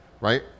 right